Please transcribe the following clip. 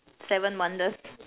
seven wonders